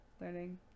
learning